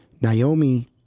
Naomi